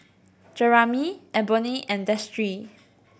Jeramy Eboni and Destry